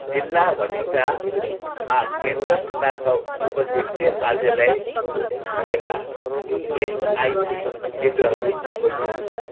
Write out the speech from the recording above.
जिल्ला भटिन्डामा केन्द्र प्रकारका उपक्षेत्रीय कार्यालय भएका इएसआइसी केन्द्रहरू खोज्नुहोस्